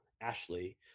Ashley